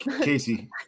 Casey